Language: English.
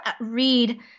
read